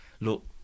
look